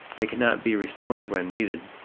they cannot be restored when needed.